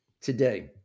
today